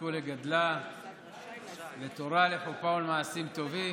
תזכו לגדלה לתורה, לחופה ולמעשים טובים,